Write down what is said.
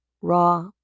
raw